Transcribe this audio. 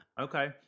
Okay